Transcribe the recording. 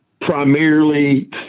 primarily